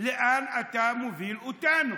לאן אתה מוביל אותנו?